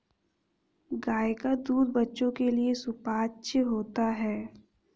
गाय का दूध बच्चों के लिए सुपाच्य होता है